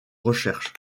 recherches